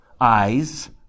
eyes